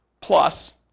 Plus